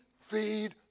feed